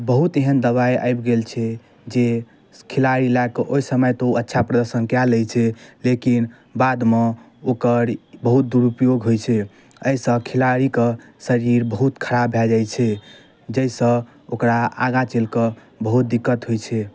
बहुत एहन दबाइ आबि गेल छै जे खिलाड़ी लए कऽ ओहि समय तऽ अच्छा प्रदर्शन कए लै छै लेकिन बादमे ओकर बहुत दुरुपयोग होइ छै एहिसऽ खेलाड़ीके शरीर बहुत खराब भऽ जाइ छै जाहिसऽ ओकरा आगाँ चलि कऽ बहुत दिक्कत होइ छै